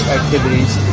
activities